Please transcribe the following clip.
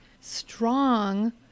strong